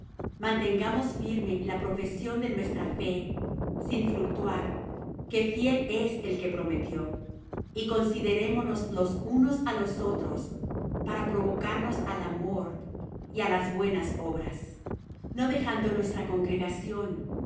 mantengamos firme la profesión de nuestra fe sin fluctuar que fiel es el que prometió y considerémonos los unos á los otros para provocarnos al amor y á las buenas obras no dejando nuestra congregación